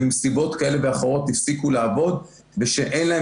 ובנסיבות כאלה ואחרות הפסיקו לעבוד ושאין להם